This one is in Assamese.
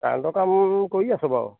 কাৰেন্টৰ কাম কৰি আছোঁ বাৰু